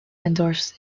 endorse